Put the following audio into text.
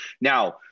Now